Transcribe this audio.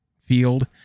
field